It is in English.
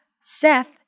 Seth